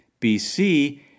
BC